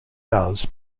does